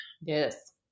Yes